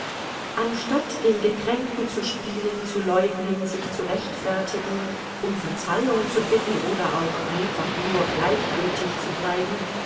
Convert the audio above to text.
anstatt den gekränkten zu spielen zu leugnen sich zu rechtfertigen um verzeihung zu bitten oder auch einfach nur gleichgültig zu bleiben